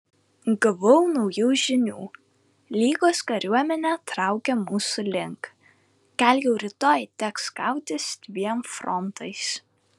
gavau naujų žinių lygos kariuomenė traukia mūsų link gal jau rytoj teks kautis dviem frontais